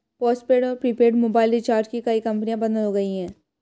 postpaid और prepaid mobile recharge की कई कंपनियां बंद हो गई